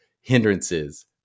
hindrances